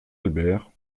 albert